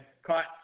Caught